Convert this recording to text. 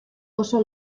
oso